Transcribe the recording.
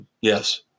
Yes